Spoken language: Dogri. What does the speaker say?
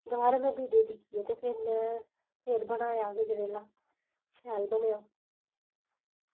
ते होर वीडियो दिक्खियां फ्ही में होर बनाया गजरेला शैल बनेआ